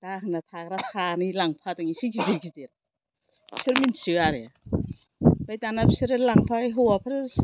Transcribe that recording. दाहोना थाग्रा सानै लांफादों एसे गिदिर गिदिर बिसोर मोनथियो आरो ओमफ्राय दाना बिसोरो लांबाय हौवाफोर